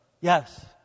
yes